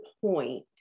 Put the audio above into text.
point